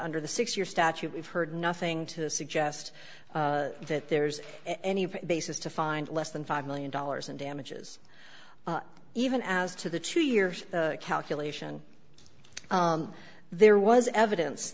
under the six year statute we've heard nothing to suggest that there's any basis to find less than five million dollars in damages even as to the two years calculation there was evidence